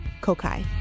Kokai